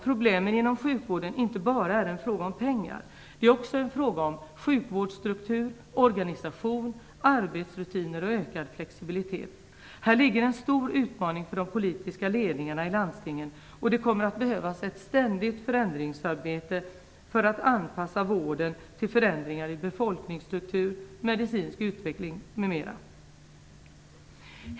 Problemen inom sjukvården är dock inte bara en fråga om pengar utan också en fråga om sjukvårdsstruktur, organisation, arbetsrutiner och ökad flexibilitet. Här ligger en stor utmaning för de politiska ledningarna i landstingen. Det kommer att behövas ett ständigt förändringsarbete för att anpassa vården till förändringar i befolkningsstruktur, medicinsk utveckling m.m.